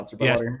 Yes